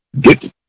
Get